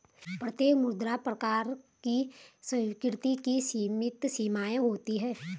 प्रत्येक मुद्रा प्रकार की स्वीकृति की सीमित सीमाएँ होती हैं